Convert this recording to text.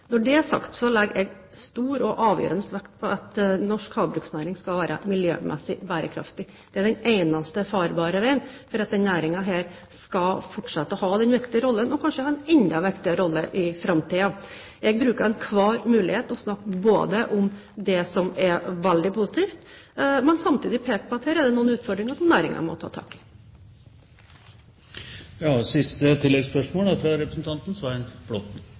Når det er sagt, legger jeg stor og avgjørende vekt på at norsk havbruksnæring skal være miljømessig bærekraftig. Det er den eneste farbare veien for at denne næringen skal fortsette å ha den viktige rollen – og kanskje ha en enda viktigere rolle i framtiden. Jeg bruker enhver mulighet til både å snakke om det som er veldig positivt, og samtidig peke på at det her er noen utfordringer som næringen må ta tak